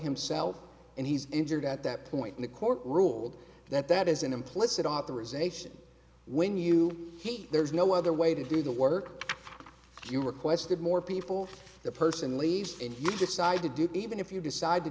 himself and he's injured at that point in the court ruled that that is an implicit authorization when you he there's no other way to do the work you requested more people the person leaves and you decide to do even if you decide to